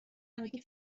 همگی